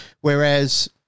Whereas